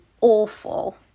awful